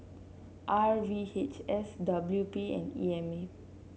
R V H S W P and E M A